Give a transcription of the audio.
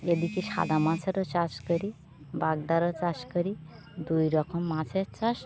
এ দিকে সাদা মাছেরও চাষ করি বাগদারও চাষ করি দুই রকম মাছের চাষ